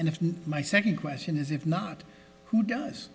and if my second question is if not who does